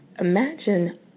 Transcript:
Imagine